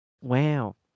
Wow